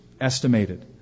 estimated